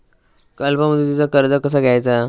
अल्प मुदतीचा कर्ज कसा घ्यायचा?